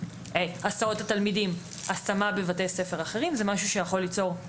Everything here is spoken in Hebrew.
השמה בבתי ספר אחרים זה משהו שיכול ליצור עלויות כספיות מאוד משמעותיות.